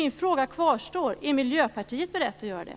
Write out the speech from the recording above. Min fråga kvarstår: Är Miljöpartiet berett att göra det?